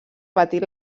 patir